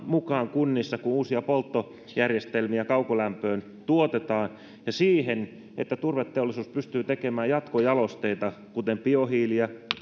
mukaan kunnissa kun uusia polttojärjestelmiä kaukolämpöön tuotetaan ja siihen että turveteollisuus pystyy tekemään jatkojalosteita kuten biohiiltä